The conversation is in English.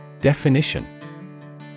Definition